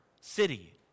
city